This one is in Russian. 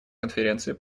конференции